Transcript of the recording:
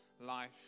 life